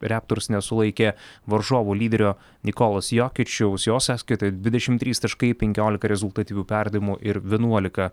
reptors nesulaikė varžovų lyderio nikolos jokičiaus jo sąskaitoje didešimt trys taškai penkiolika rezultatyvių perdavimų ir vienuolika